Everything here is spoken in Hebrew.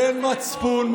אין מצפון,